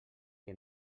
que